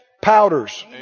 powders